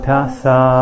Tassa